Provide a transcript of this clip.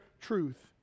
truth